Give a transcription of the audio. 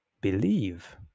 believe